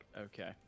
okay